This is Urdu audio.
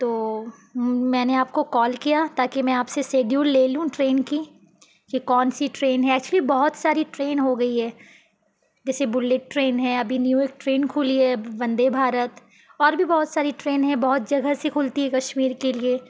تو میں نے آپ کو کال کیا تا کہ میں آپ سے شیڈیول لے لوں ٹرین کی کہ کون سی ٹرین ہے ایکچولی بہت ساری ٹرین ہو گئی ہے جیسے بلیٹ ٹرین ہے ابھی نیو ایک ٹرین کھلی ہے وندے بھارت اور بھی بہت ساری ٹرین ہے بہت جگہ سے کھلتی ہے کشمیر کے لیے